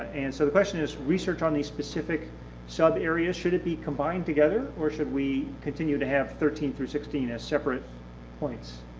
and so the question is research on a specific sub-areas, should it be combined together or should we continue to have thirteen through sixteen as separate points?